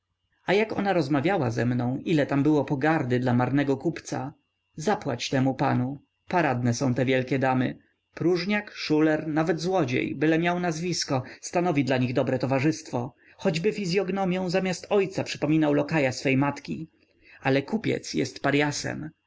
a jak ona rozmawiała ze mną ile tam było pogardy dla marnego kupca zapłać temu panu paradne są te wielkie damy próżniak szuler nawet złodziej byle miał nazwisko stanowi dla nich dobre towarzystwo choćby fizyognomią zamiast ojca przypominał lokaja swej matki ale kupiec jest paryasem co